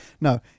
No